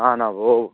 आ न भो